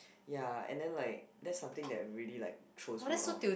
ya and then like that's something that really like throws me off